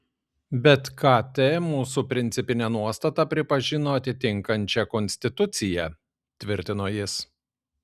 bet kt mūsų principinę nuostatą pripažino atitinkančia konstituciją tvirtino jis